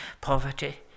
poverty